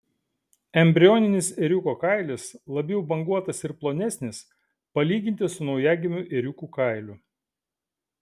embrioninis ėriuko kailis labiau banguotas ir plonesnis palyginti su naujagimių ėriukų kailiu